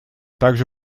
также